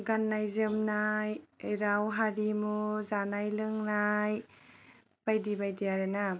गाननाय जोमनाय राव हारिमु जानाय लोंनाय बायदि बायदि आरो ना